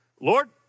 Lord